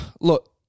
look